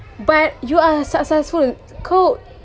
but you are successful kau